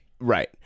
right